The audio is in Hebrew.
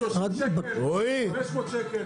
500 שקל.